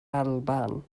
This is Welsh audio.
alban